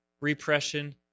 repression